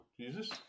Jesus